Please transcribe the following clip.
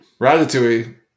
Ratatouille